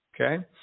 okay